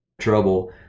trouble